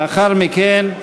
לאחר מכן,